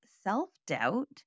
self-doubt